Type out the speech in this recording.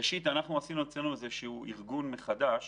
עשינו ארגון מחדש